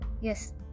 Yes